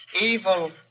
Evil